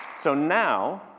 so now,